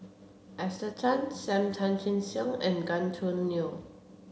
Esther Tan Sam Tan Chin Siong and Gan Choo Neo